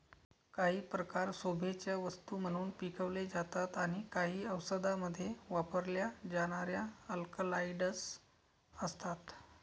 काही प्रकार शोभेच्या वस्तू म्हणून पिकवले जातात आणि काही औषधांमध्ये वापरल्या जाणाऱ्या अल्कलॉइड्स असतात